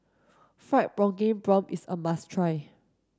fried pumpkin prawns is a must try